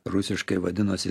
rusiškai vadinosi